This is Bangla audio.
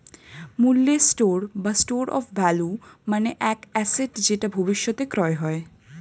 মূল্যের স্টোর বা স্টোর অফ ভ্যালু মানে এক অ্যাসেট যেটা ভবিষ্যতে ক্রয় হয়